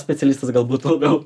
specialistas galbūt labiau